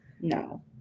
No